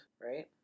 right